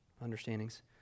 understandings